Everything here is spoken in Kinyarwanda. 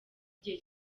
igihe